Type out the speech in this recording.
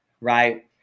Right